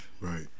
right